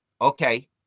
Okay